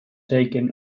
taken